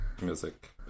music